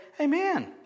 Amen